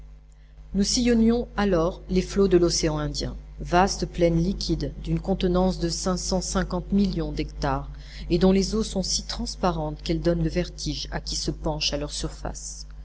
nous sillonnions alors les flots de l'océan indien vaste plaine liquide d'une contenance de cinq cent cinquante millions d'hectares et dont les eaux sont si transparentes qu'elles donnent le vertige à qui se penche à leur surface